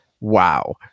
wow